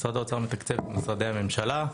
משרד האוצר מתקצב את משרדי הממשלה,